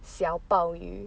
小鲍鱼